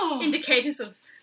indicators